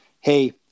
hey